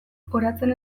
oratzen